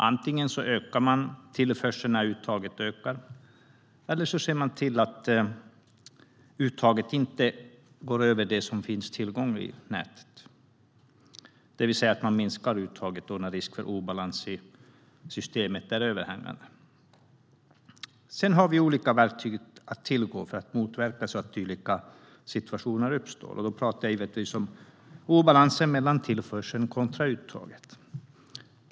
Antingen ökar man tillförseln när uttaget ökar eller ser till att uttaget inte överstiger tillgången i nätet, det vill säga man minskar uttaget när risk för obalans i systemet är överhängande. Vi har olika verktyg att tillgå för att motverka att dylika situationer uppstår. Jag talar givetvis om obalansen mellan tillförsel och uttag.